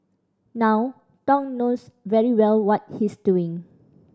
now Thong knows very well what he's doing